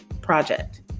project